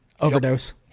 overdose